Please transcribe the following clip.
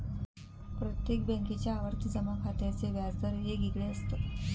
प्रत्येक बॅन्केच्या आवर्ती जमा खात्याचे व्याज दर येगयेगळे असत